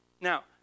Now